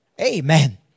Amen